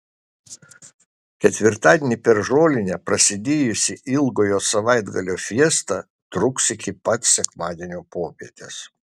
ketvirtadienį per žolinę prasidėjusi ilgojo savaitgalio fiesta truks iki pat sekmadienio popietės